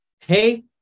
hey